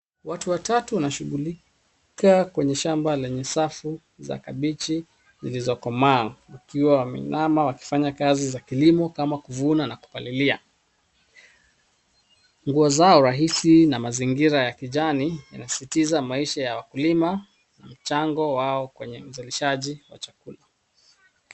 Watu watatu wanashughulika kwenye shamba lenye safu za kabichi zilizokomaa, wakiwa wameinama wakifanya kazi za kilimo kama kuvuna na kupalilia. Nguo zao rahisi na mazingira ya kijani yanasisitiza maisha ya wakulima na mchango wao kwenye uzalishaji wa chakula.